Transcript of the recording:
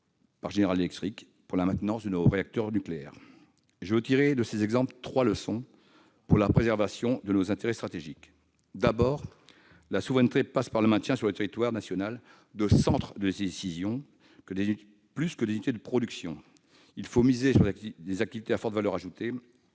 par General Electric au regard de la maintenance de nos réacteurs nucléaires. Je tirerai de ces exemples trois leçons pour la préservation de nos intérêts stratégiques. D'abord, la souveraineté passe par le maintien sur le territoire national des centres de décision plus que des unités de production. Il faut miser sur les activités à forte valeur ajoutée